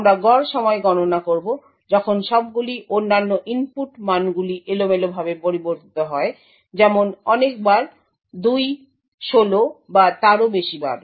আমরা গড় সময় গণনা করব যখন সবগুলি অন্যান্য ইনপুট মানগুলি এলোমেলোভাবে পরিবর্তিত হয় যেমন অনেক বার 216 বা তারও বেশি বার